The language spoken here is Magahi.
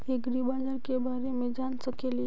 ऐग्रिबाजार के बारे मे जान सकेली?